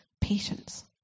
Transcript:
patience